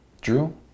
Drew